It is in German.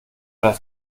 das